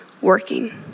working